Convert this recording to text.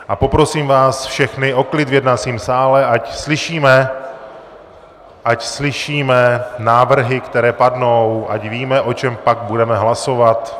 A poprosím vás všechny o klid v jednacím sále, ať slyšíme, ať slyšíme návrhy, které padnou, ať víme, o čem pak budeme hlasovat.